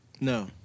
No